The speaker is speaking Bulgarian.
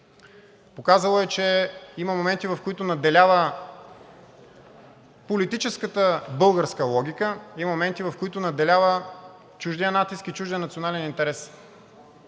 показало е, че има моменти, в които надделява политическата българска логика, има моменти, в които надделява чуждият натиск и чуждият национален интерес.